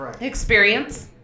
experience